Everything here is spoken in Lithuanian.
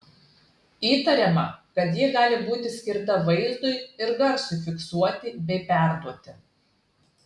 įtariama kad ji gali būti skirta vaizdui ir garsui fiksuoti bei perduoti